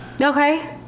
Okay